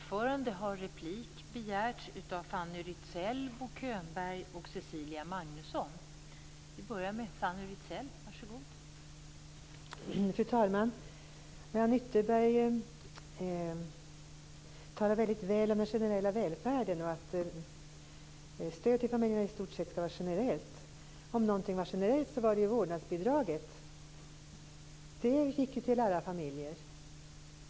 Fru talman! Mariann Ytterberg talar väldigt väl om den generella välfärden och menar att stödet till familjerna i stort sett skall vara generellt. Om någonting var generellt var det vårdnadsbidraget. Det gick till alla familjer.